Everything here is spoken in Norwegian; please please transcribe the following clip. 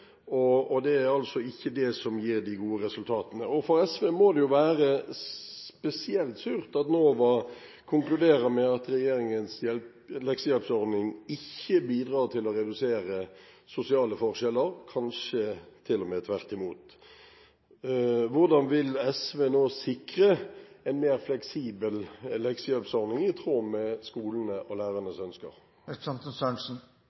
og det er altså ikke det som gir de gode resultatene. For SV må det være spesielt surt at NOVA konkluderer med at regjeringens leksehjelpordning ikke bidrar til å redusere sosiale forskjeller – kanskje til og med tvert imot. Hvordan vil SV nå sikre en mer fleksibel leksehjelpordning, i tråd med skolenes og